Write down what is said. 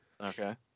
Okay